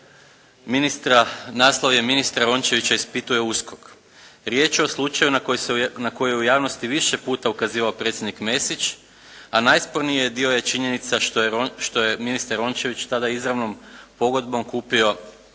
naslov je "Ministra Rončevića ispituje USKOK.". Riječ je o slučaju na koji je u javnosti više puta ukazivao predsjednik Mesić a najsporniji dio je činjenica što je ministar Rončević tada izravnom pogodbom kupio